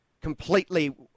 completely